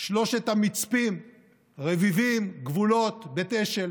שלושת המצפים רביבים, גבולות, בית אשל